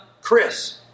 Chris